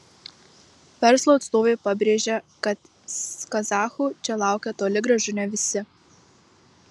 verslo atstovai pabrėžia kad kazachų čia laukia toli gražu ne visi